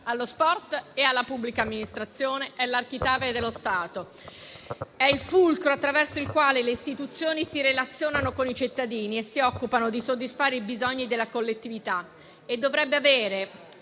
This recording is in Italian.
che la pubblica amministrazione è l'architrave dello Stato, è il fulcro attraverso il quale le istituzioni si relazionano con i cittadini e si occupano di soddisfare i bisogni della collettività e, secondo me,